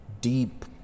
deep